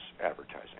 advertising